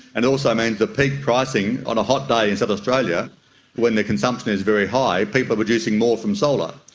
and also means that peak pricing on a hot day in south australia when the consumption is very high, people are producing more from solar.